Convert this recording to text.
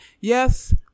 yes